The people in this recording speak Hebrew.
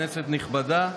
כנסת נכבדה,